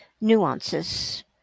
nuances